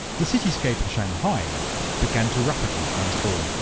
the cityscape of shanghai began to rapidly transform.